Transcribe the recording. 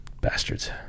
Bastards